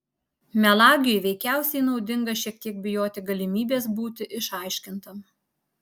melagiui veikiausiai naudinga šiek tiek bijoti galimybės būti išaiškintam